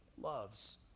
loves